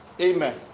Amen